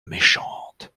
méchante